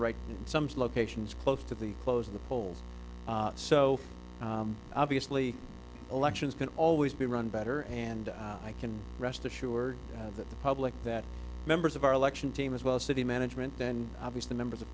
right some locations close to the close of the polls so obviously elections can always be run better and i can rest assured that the public that members of our election team as well as city management then obviously members of